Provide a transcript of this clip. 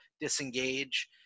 disengage